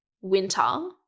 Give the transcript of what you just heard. winter